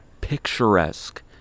picturesque